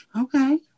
Okay